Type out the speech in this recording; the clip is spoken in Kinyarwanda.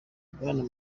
bwana